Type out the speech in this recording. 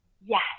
yes